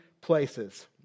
places